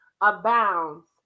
abounds